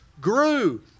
grew